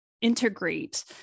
integrate